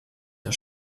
der